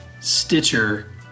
Stitcher